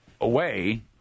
away